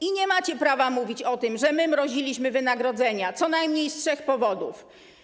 I nie macie prawa mówić o tym, że my mroziliśmy wynagrodzenia, co najmniej z trzech powodów.